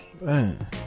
Man